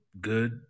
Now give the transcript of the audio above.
good